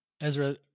Ezra